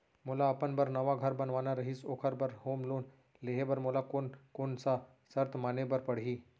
मोला अपन बर नवा घर बनवाना रहिस ओखर बर होम लोन लेहे बर मोला कोन कोन सा शर्त माने बर पड़ही?